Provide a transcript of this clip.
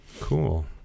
Cool